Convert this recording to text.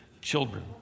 children